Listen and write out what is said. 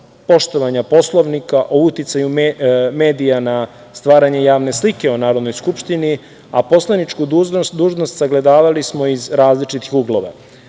poštovanja Poslovnika, o uticaju medija na stvaranje javne slike o Narodnoj skupštini, a poslaničku dužnost sagledavali smo iz različitih uglova,